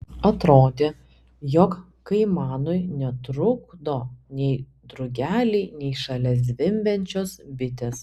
atrodė jog kaimanui netrukdo nei drugeliai nei šalia zvimbiančios bitės